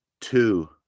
two